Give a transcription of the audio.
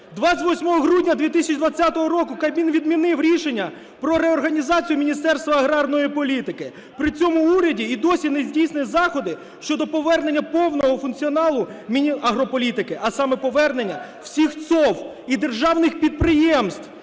28 грудня 2020 року Кабмін відмінив рішення про реорганізацію Міністерства аграрної політики, при цьому уряд і досі не здійснив заходи щодо повернення повного функціоналу Мінагрополітики. А саме повернення всіх ЦОВВ і державних підприємств,